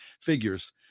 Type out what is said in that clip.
figures